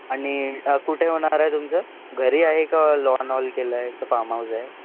आणि कुठे होणारा आहे तुमचं घरी आहे का लॉन हॉल केला आहे का फाम हाऊस आहे